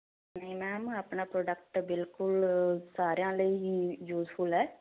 ਨਹੀਂ ਮੈਮ ਆਪਣਾ ਪ੍ਰੋਡਕਟ ਬਿਲਕੁਲ ਸਾਰਿਆਂ ਲਈ ਹੀ ਯੂਜਫੁਲ ਹੈ